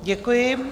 Děkuji.